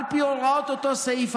על פי הוראות אותו סעיף,